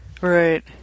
Right